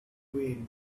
ruined